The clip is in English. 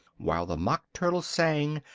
while the mock turtle sang,